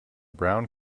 brown